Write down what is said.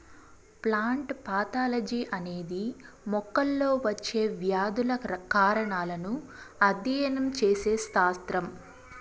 plant pathology అనేది మొక్కల్లో వచ్చే వ్యాధుల కారణాలను అధ్యయనం చేసే శాస్త్రం